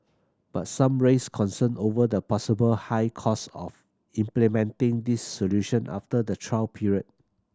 but some raised concern over the possible high cost of implementing these solution after the trial period